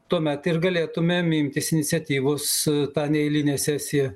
tuomet ir galėtumėm imtis iniciatyvos tą neeilinę sesiją